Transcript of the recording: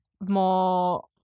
more